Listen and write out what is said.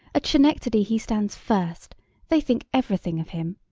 at schenectady he stands first they think everything of him.